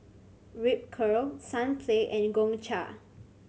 Ripcurl Sunplay and Gongcha